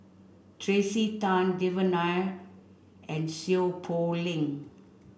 Tracey Tan Devan Nair and Seow Poh Leng